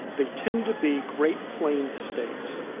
they tend to be great plain states.